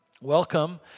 Welcome